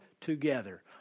together